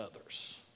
others